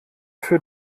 für